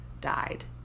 died